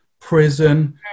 prison